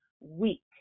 weak